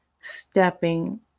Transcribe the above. stepping